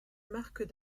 marques